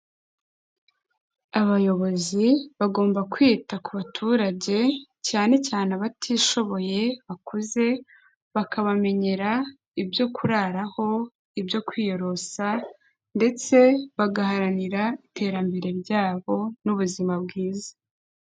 Abayobozi bagomba kwita ku baturage cyane cyane abatishoboye bakuze, bakabamenyera ibyo kuraraho, ibyo kwiyorosa ndetse bagaharanira iterambere ryabo n'ubuzima bwiza.